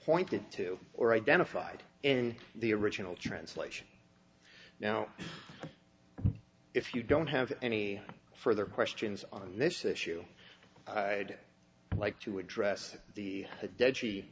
pointed to or identified in the original translation now if you don't have any further questions on this issue i'd like to address the